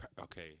Okay